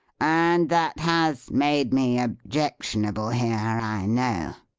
and that has made me objectionable here, i know.